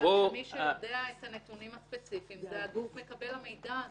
כיוון שמי שיודע את הנתונים הספציפיים זה הגוף מקבל המידע,